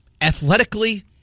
Athletically